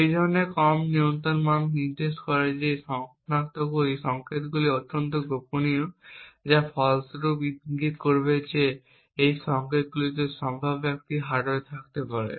এই ধরনের কম নিয়ন্ত্রণ মান নির্দেশ করে যে এই সংকেতগুলি অত্যন্ত গোপনীয় যা ফলস্বরূপ ইঙ্গিত করবে যে এই সংকেতগুলিতে সম্ভাব্য একটি হার্ডওয়্যার থাকতে পারে